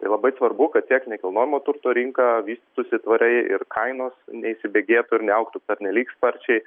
tai labai svarbu kad tiek nekilnojamo turto rinka vystytųsi tvariai ir kainos neįsibėgėtų ir neaugtų pernelyg sparčiai